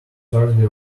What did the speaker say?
thursday